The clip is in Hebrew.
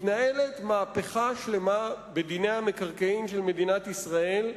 מתנהלת מהפכה שלמה בדיני המקרקעין של מדינת ישראל,